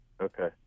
Okay